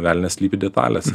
velnias slypi detalėse